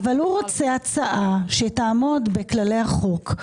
אבל הוא רוצה הצעה שתעמוד בכללי החוק,